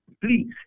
please